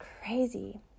crazy